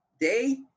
day